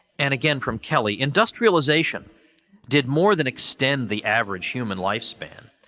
and, again, from kelly industrialization did more than extend the average human lifespan.